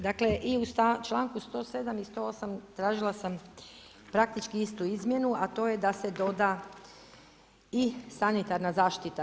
Dakle i u članku 107 i 108 tražila sam praktički istu izmjenu, a to je da se doda i sanitarna zaštita.